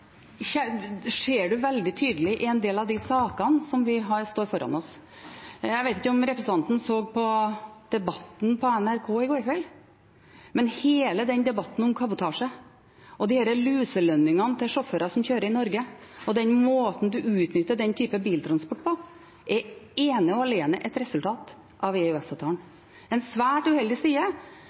grunnene ser man veldig tydelig i en del av de sakene som står foran oss. Jeg vet ikke om representanten så på Debatten på NRK i går kveld. Men hele den debatten om kabotasje og disse luselønningene til sjåfører som kjører i Norge, og den måten man utnytter den typen biltransport på, er ene og alene et resultat av EØS-avtalen. Det er en svært uheldig side.